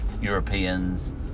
Europeans